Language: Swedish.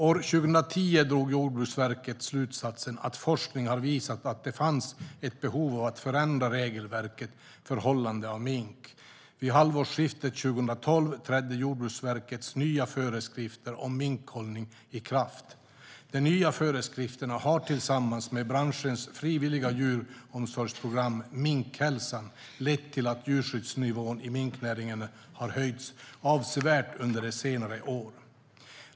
År 2010 drog Jordbruksverket slutsatsen att forskningen har visat att det fanns ett behov av att förändra regelverket för hållande av mink. Vid halvårsskiftet 2012 trädde Jordbruksverkets nya föreskrifter om minkhållning i kraft. De nya föreskrifterna har tillsammans med branschens frivilliga djuromsorgsprogram, Minkhälsan, lett till att djurskyddsnivån i minknäringen har höjts avsevärt under senare år.